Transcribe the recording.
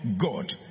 God